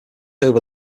over